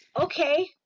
Okay